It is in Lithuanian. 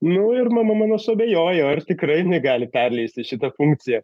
nu ir mama mano suabejojo ar tikrai jinai gali perleisti šitą funkciją